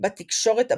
בתקשורת הבריטית.